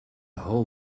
whole